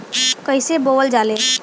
कईसे बोवल जाले?